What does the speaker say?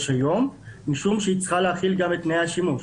היום משום שהיא צריכה להכיל גם את תנאי השימוש.